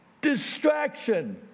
distraction